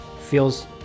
feels